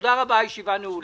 תודה רבה, הישיבה נעולה.